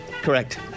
Correct